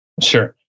Sure